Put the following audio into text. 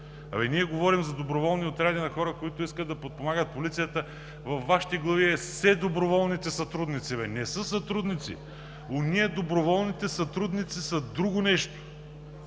ние говорим за доброволни отряди на хора, които искат да подпомагат полицията. Във Вашите глави са все доброволните сътрудници бе. Не са сътрудници. Ония – доброволните сътрудници, са друго нещо.